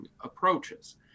approaches